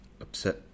upset